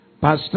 Pastor